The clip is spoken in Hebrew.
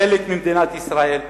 היא חלק ממדינת ישראל,